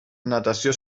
natació